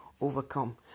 overcome